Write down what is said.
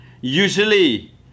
Usually